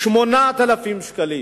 8,000 שקל.